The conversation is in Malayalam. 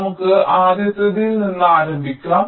നമുക്ക് ആദ്യത്തേതിൽ നിന്ന് ആരംഭിക്കാം